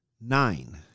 nine